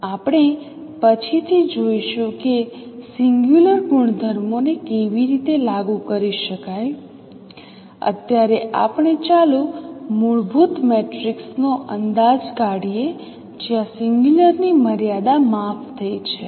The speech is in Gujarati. આપણે પછીથી જોઈશું કે સિંગલ્યુલર ગુણધર્મોને કેવી રીતે લાગુ કરી શકાય અત્યારે આપણે ચાલો મૂળભૂત મેટ્રિક્સનો અંદાજ કાઢીયે જ્યાં સિંગલ્યુલર ની મર્યાદા માફ થઈ છે